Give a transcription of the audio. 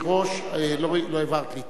תירוש, לא העברת לי.